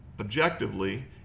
objectively